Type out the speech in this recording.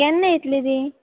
केन्ना येतलीं तीं